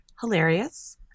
hilarious